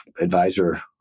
advisor